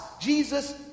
Jesus